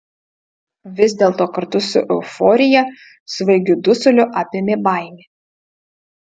vis dėlto kartu su euforija svaigiu dusuliu apėmė baimė